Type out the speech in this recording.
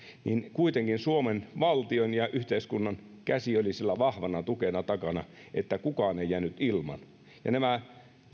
niin kuitenkin suomen valtion ja yhteiskunnan käsi oli siellä vahvana tukena takana että kukaan ei jäänyt ilman nämä